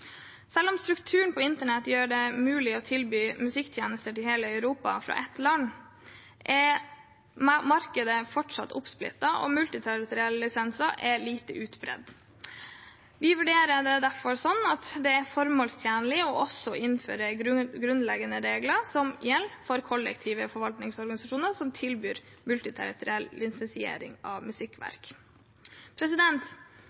Selv om strukturen på internett gjør det mulig å tilby musikktjenester til hele Europa fra ett land, er markedet fortsatt oppsplittet, og multiterritorielle lisenser er lite utbredd. Vi vurderer det derfor som formålstjenlig også å innføre grunnleggende regler som gjelder for kollektive forvaltningsorganisasjoner som tilbyr multiterritoriell lisensiering av